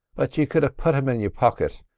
but you could have put him in your pocket,